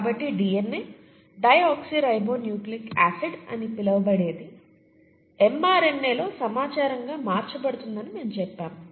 కాబట్టి DNA deoxyribonucleic acid అని పిలవబడేది ఎంఆర్ఎన్ఏ లో సమాచారంగా మార్చబడుతుందని మేము చెప్పాము